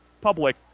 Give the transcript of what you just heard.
public